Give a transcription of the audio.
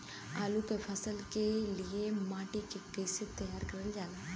आलू क फसल के लिए माटी के कैसे तैयार करल जाला?